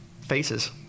faces